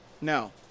No